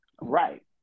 Right